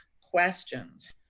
questions